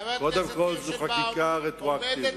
קודם כול, זאת חקיקה רטרואקטיבית.